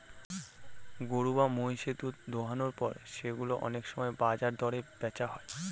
গরু বা মহিষের দুধ দোহানোর পর সেগুলো অনেক সময় বাজার দরে বেচা হয়